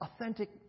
Authentic